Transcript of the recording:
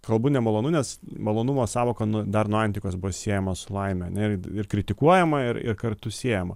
kalbu nemalonu nes malonumo sąvoka nu dar nuo antikos buvo siejama su laime ane ir ir kritikuojama ir ir kartu siejama